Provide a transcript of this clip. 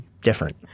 different